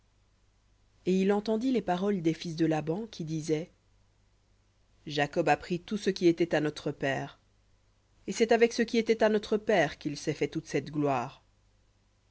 et il entendit les paroles des fils de laban qui disaient jacob a pris tout ce qui était à notre père et c'est avec ce qui était à notre père qu'il s'est fait toute cette gloire